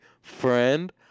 friend